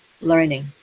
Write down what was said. learning